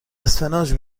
اسفناج